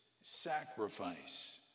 sacrifice